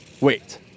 Wait